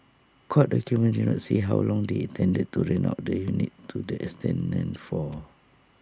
court documents did not say how long they intended to rent out the units to the tenants for